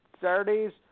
Saturdays